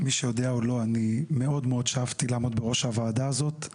מי שיודע או לא אני מאוד שאפתי לעמוד בראש הוועדה הזאת לו